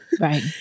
right